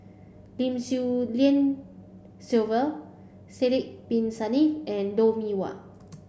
Lim Swee Lian Sylvia Sidek Bin Saniff and Lou Mee Wah